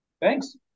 Thanks